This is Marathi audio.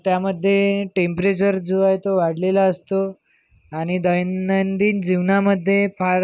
त्यामध्ये टेम्प्रेचर जो आहे तो वाढलेला असतो आणि दैनंदिन जीवनामध्ये फार